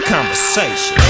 Conversation